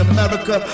America